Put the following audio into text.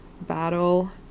battle